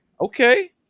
okay